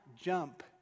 jump